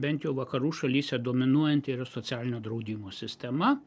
bent jau vakarų šalyse dominuojanti yra socialinio draudimo sistema